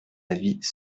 avis